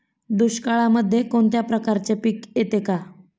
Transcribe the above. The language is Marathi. दुष्काळामध्ये कोणत्या प्रकारचे पीक येते का?